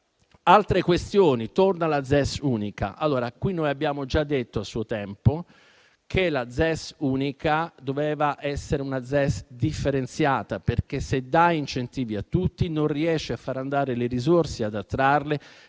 altre questioni: torna la ZES unica.